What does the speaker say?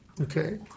Okay